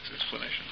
explanation